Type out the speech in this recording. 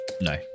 No